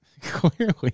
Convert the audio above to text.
clearly